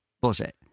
Bullshit